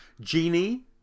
Genie